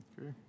Okay